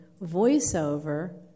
voiceover